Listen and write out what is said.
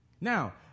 Now